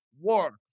work